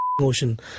motion